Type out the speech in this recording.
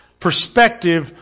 perspective